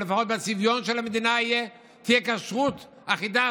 שלפחות בצביון של המדינה תהיה כשרות אחידה,